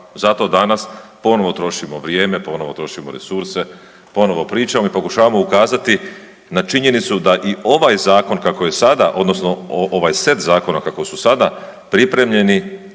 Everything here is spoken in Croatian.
Zato danas ponovo trošimo vrijeme, ponovo trošimo resurse, ponovo pričamo i pokušavamo ukazati na činjenicu da i ovaj zakon kako je sada odnosno ovaj set zakona kako su sada pripremljeni